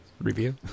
review